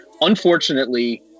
unfortunately